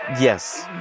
Yes